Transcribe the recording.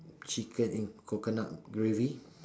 chicken in coconut gravy